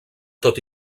tot